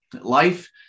Life